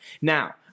Now